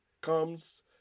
comes